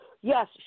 Yes